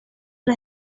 las